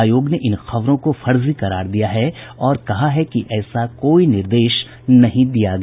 आयोग ने इन खबरों को फर्जी करार दिया है और कहा है कि ऐसा कोई निर्देश नहीं दिया गया